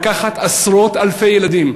לקחת עשרות-אלפי ילדים,